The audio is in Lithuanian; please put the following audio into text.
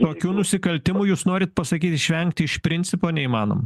tokių nusikaltimų jūs norit pasakyti išvengti iš principo neįmanoma